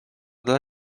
dla